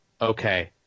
okay